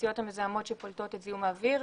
התעשיות המזהמות שפולטות את זיהום האוויר,